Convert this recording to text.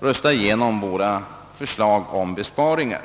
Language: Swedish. rösta igenom våra förslag om besparingar.